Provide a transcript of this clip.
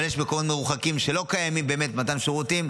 אבל יש מקומות מרוחקים שאין בהם באמת מתן שירותים,